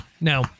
Now